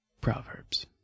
Proverbs